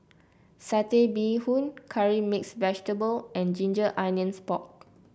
Satay Bee Hoon Curry Mixed Vegetable and Ginger Onions Pork